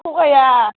थगाया